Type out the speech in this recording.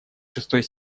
шестой